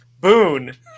Boone